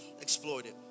exploited